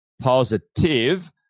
positive